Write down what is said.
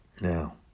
Now